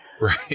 right